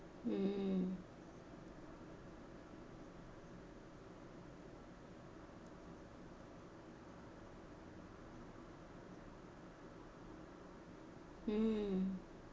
mm mm